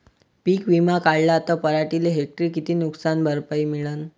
पीक विमा काढला त पराटीले हेक्टरी किती नुकसान भरपाई मिळीनं?